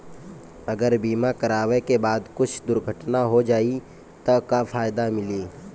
अगर बीमा करावे के बाद कुछ दुर्घटना हो जाई त का फायदा मिली?